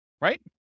Right